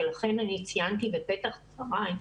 לכן ציינתי בפתח דבריי,